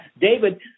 David